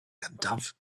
gyntaf